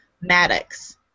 Maddox